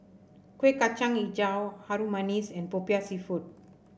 Kuih Kacang hijau Harum Manis and popiah seafood